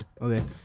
okay